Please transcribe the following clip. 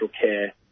care